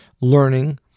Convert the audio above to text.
learning